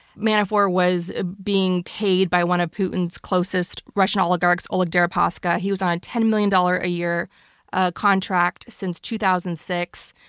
manafort was being paid by one of putin's closest russian oligarchs, oleg deripaska. he was on a ten million dollars a year ah contract since two thousand and six.